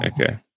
Okay